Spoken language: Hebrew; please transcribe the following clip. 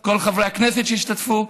את כל חברי הכנסת שהשתתפו,